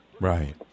Right